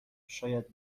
شاید